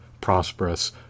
prosperous